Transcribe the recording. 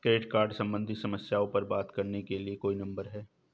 Credit card सम्बंधित समस्याओं पर बात करने के लिए कोई नंबर है?